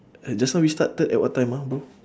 uh just now we started at what time ah bro